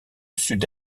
sud